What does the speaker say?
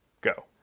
go